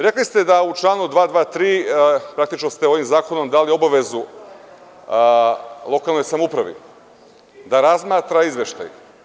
Rekli ste da u članu 223. praktično ste ovim zakonom dali obavezu lokalnoj samoupravi da razmatra izveštaj.